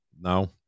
No